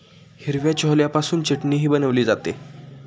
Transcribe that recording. हिरव्या छोल्यापासून चटणीही बनवली जाते